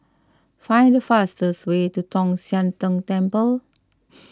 find the fastest way to Tong Sian Tng Temple